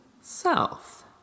South